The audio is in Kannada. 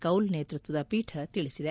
ಕೌಲ್ ನೇತೃತ್ವದ ಪೀಠ ತಿಳಿಸಿದೆ